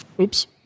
Oops